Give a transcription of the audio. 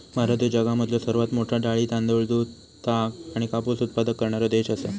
भारत ह्यो जगामधलो सर्वात मोठा डाळी, तांदूळ, दूध, ताग आणि कापूस उत्पादक करणारो देश आसा